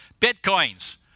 Bitcoins